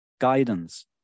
guidance